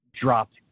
dropped